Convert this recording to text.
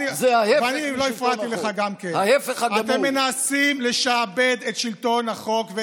זה ההפך משלטון החוק.